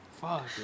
Fuck